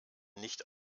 nicht